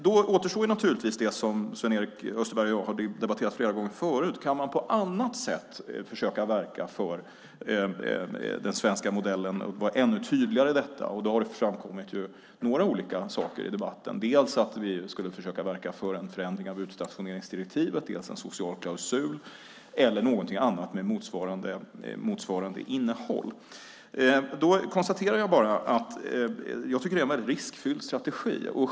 Då återstår naturligtvis det som Sven-Erik Österberg och jag har debatterat flera gånger förut: Kan man på annat sätt försöka verka för den svenska modellen och vara ännu tydligare i detta? Det har framkommit några olika saker i debatten - att vi skulle försöka verka för en förändring av utstationeringsdirektivet, ett införande av en social klausul eller något annat med motsvarande innehåll. Jag konstaterar att det är en väldigt riskfylld strategi.